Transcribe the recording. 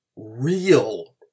real